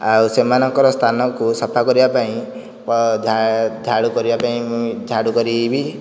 ଆଉ ସେମାନଙ୍କର ସ୍ଥାନକୁ ସଫା କରିବା ପାଇଁ ବା ଝାଡ଼ୁ କରିବା ପାଇଁ ଝାଡ଼ୁ କରିବି